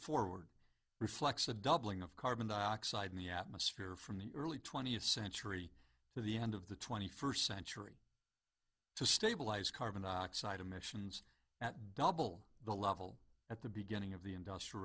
forward reflects a doubling of carbon dioxide in the atmosphere from the early twentieth century to the end of the twenty first century to stabilise carbon dioxide emissions at double the level at the beginning of the industrial